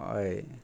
हय